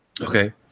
Okay